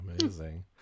Amazing